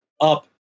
up